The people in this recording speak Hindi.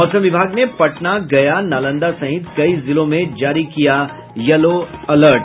मौसम विभाग ने पटना गया नालंदा सहित कई जिलों में जारी किया येलो अलर्ट